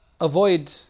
avoid